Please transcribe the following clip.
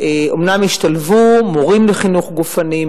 אומנם השתלבו מורים לחינוך גופני,